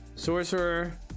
Sorcerer